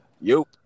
yo